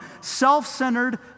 self-centered